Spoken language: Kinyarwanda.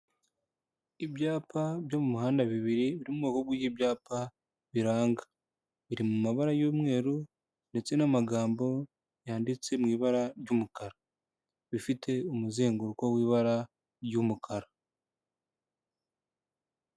Ibyapa byo mu muhanda bibiri biri mu bwoko bw'ibyapa biranga, biri mu mabara y'umweru ndetse n'amagambo yanditse mu ibara ry'umukara, bifite umuzenguruko w'ibara ry'umukara.